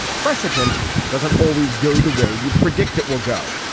precedent doesn't always go the way you predict it will go.